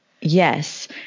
Yes